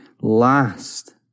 last